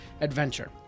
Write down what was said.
Adventure